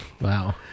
Wow